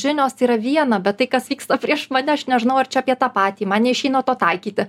žinios tai yra viena bet tai kas vyksta prieš mane aš nežinau ar čia apie tą patį man neišeina to taikyti